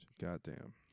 Goddamn